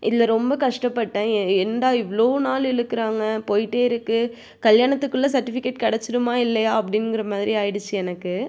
இதில் ரொம்ப கஷ்டப்பட்டேன் எ என்டா இவ்வளோ நாள் இழுக்குறாங்க போயிகிட்டே இருக்கு கல்யாணத்துக்குள்ளே சர்ட்டிஃபிகேட் கிடச்சிடுமா இல்லையா அப்படின்ங்கிற மாதிரி ஆயிடுச்சு எனக்கு